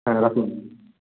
হ্যাঁ রাখুন